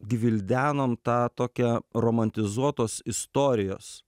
gvildenom tą tokią romantizuotos istorijos